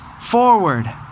forward